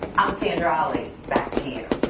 i'm sandra ali, back to you.